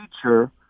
future